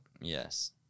Yes